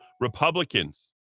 Republicans